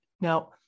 Now